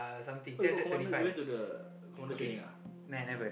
oh you got Commando oh you went to the Commando training ah